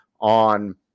on